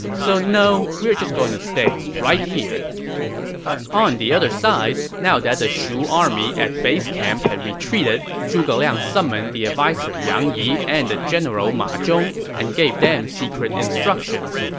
so no, we are just going to stay right here on the other side, now that the shu army at base camp had retreated, zhuge liang summoned the adviser yang yi and the general ma zhong and gave them secret instructions.